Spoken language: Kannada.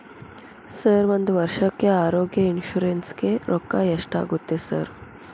ಸರ್ ಒಂದು ವರ್ಷಕ್ಕೆ ಆರೋಗ್ಯ ಇನ್ಶೂರೆನ್ಸ್ ಗೇ ರೊಕ್ಕಾ ಎಷ್ಟಾಗುತ್ತೆ ಸರ್?